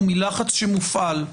ומלחץ שמופעל,